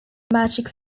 magic